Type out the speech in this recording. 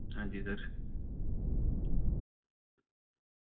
हां जी सर